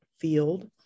field